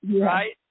right